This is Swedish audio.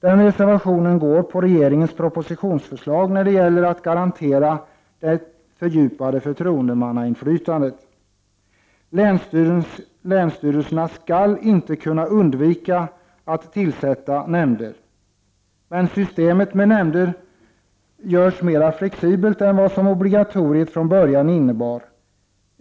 Den följer regeringens propositionsförslag när det gäller att garantera det fördjupade förtroendemannainflytandet. Länsstyrelserna skall inte kunna undvika att tillsätta nämnder. Men systemet med nämnder görs mer flexibelt än vad obligatoriet från början innebar.